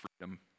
freedom